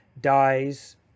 dies